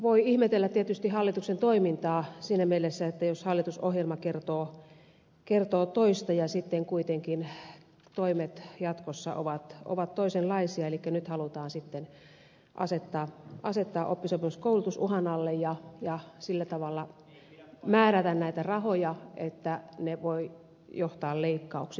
voi ihmetellä tietysti hallituksen toimintaa siinä mielessä jos hallitusohjelma kertoo toista ja sitten kuitenkin toimet jatkossa ovat toisenlaisia eli nyt halutaan sitten asettaa oppisopimuskoulutus uhan alle ja sillä tavalla määrätä näitä rahoja että ne voivat johtaa toiminnan leikkauksiin